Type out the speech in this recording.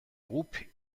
groupe